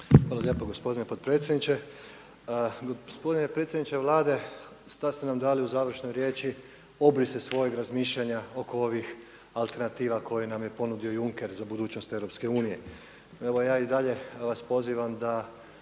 Hvala lijepo gospodine potpredsjedniče. Gospodine predsjedniče Vlade, sada ste nam dali u završnoj riječi obrise svojeg razmišljanja oko ovih alternativa koje nam je ponudio Juncker za budućnost EU. Evo ja i dalje vas pozivam da